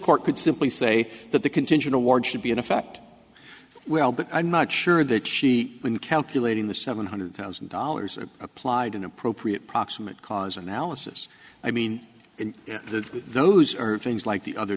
court could simply say that the contingent award should be in effect well but i'm not sure that she when calculating the seven hundred thousand dollars applied an appropriate proximate cause analysis i mean in that those are things like the other